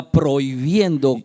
prohibiendo